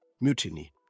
mutiny